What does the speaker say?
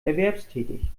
erwerbstätig